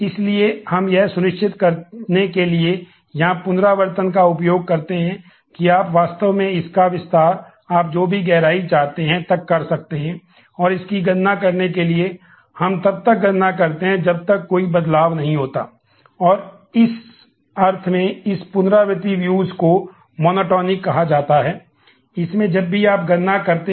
इसलिए हम यह सुनिश्चित करने के लिए यहां पुनरावर्तन का उपयोग करते हैं कि आप वास्तव में इसका विस्तार आप जो भी गहराई चाहते हैं तक कर सकते हैं और इसकी गणना करने के लिए हम तब तक गणना करते हैं जब तक कोई बदलाव नहीं होता है और इस अर्थ में इस पुनरावर्ती व्यूज का उपयोग कर रहे हैं